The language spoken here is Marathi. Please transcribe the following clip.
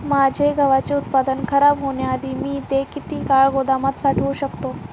माझे गव्हाचे उत्पादन खराब होण्याआधी मी ते किती काळ गोदामात साठवू शकतो?